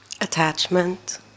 Attachment